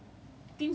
but I'm just like